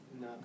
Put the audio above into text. No